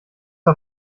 auf